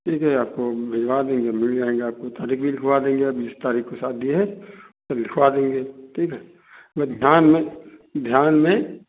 ठीक है आपको हम भिजवा देंगे मिल जाएंगे आपको तारीख़ लिखवा देंगे बीस तारीख को शादी है तो लिखवा देंगे ठीक है ध्यान में ध्यान मे